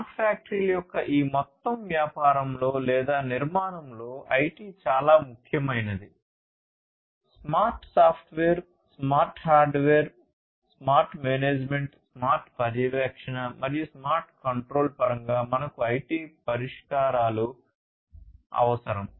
smart ఫ్యాక్టరీల యొక్క ఈ మొత్తం వ్యాపారంలో లేదా నిర్మాణంలో IT చాలా ముఖ్యమైనదని smart software smart hardware smart management smart పర్యవేక్షణ మరియు స్మార్ట్ కంట్రోల్ పరంగా మనకు ఐటి పరిష్కారాలు అవసరం